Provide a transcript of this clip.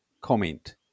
comment